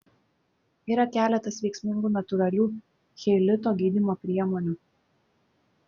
yra keletas veiksmingų natūralių cheilito gydymo priemonių